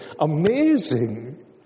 amazing